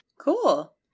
Cool